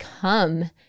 come